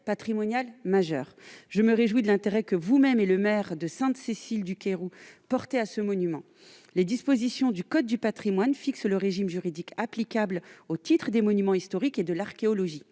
patrimonial majeur. Je me réjouis de l'intérêt que vous-même et le maire de Sainte-Cécile-du-Cayrou portez à ce monument. Les dispositions du code du patrimoine fixent le régime juridique applicable au titre des monuments historiques et de l'archéologie.